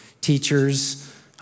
teachers